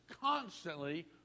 constantly